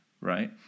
right